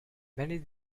many